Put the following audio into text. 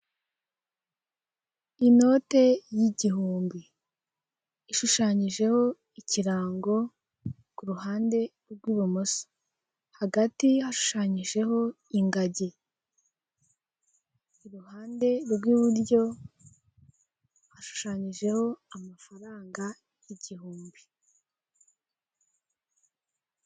Inote y'igihumbi ishushanyijeho ikirango ku ruhande rw'ibumoso hagati yashushanyije ingagi iruhande rw'iburyo hashushanyijeho amafaranga igihumbi.